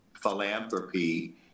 philanthropy